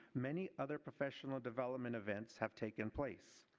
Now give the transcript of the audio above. many other professional development events have taken place.